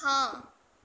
ਹਾਂ